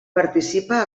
participa